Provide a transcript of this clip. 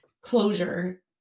closure